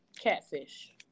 Catfish